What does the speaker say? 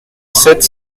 sept